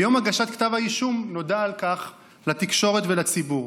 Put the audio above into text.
ביום הגשת כתב האישום נודע על כך לתקשורת ולציבור.